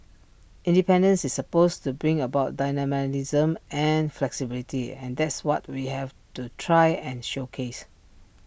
independence is supposed to bring about and flexibility and that's what we have to try and showcase